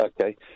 Okay